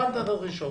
הבנת את הדרישות.